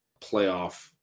playoff